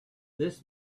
this